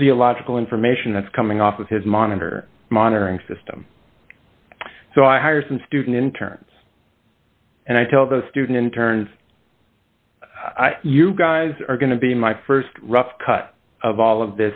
physiological information that's coming off of his monitor monitoring system so i hire some student interns and i tell those student interns you guys are going to be my st rough cut of all of